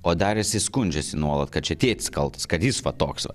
o dar jisai skundžiasi nuolat kad čia tėtis kaltas kad jis va toks va